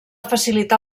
facilitar